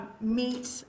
meet